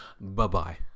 Bye-bye